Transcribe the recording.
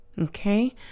okay